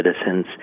citizens